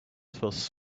feels